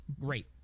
great